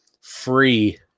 free